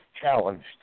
challenged